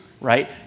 right